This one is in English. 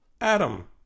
Adam